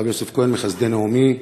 הרב יוסף כהן מ"חסדי נעמי",